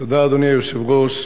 אדוני היושב-ראש,